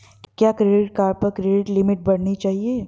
क्या credit card पर credit limit बढ़ानी चाहिए?